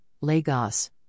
Lagos